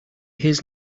his